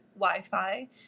Wi-Fi